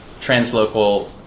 translocal